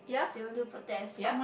yeah yeah